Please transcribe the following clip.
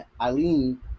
Eileen